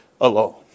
alone